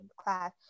class